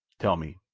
tell me,